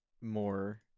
more